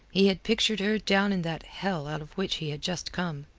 he had pictured her down in that hell out of which he had just come.